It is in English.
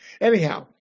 Anyhow